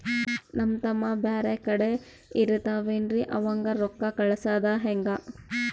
ನಮ್ ತಮ್ಮ ಬ್ಯಾರೆ ಕಡೆ ಇರತಾವೇನ್ರಿ ಅವಂಗ ರೋಕ್ಕ ಕಳಸದ ಹೆಂಗ?